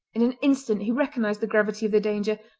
in an instant he recognised the gravity of the danger,